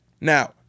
Now